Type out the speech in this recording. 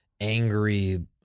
angry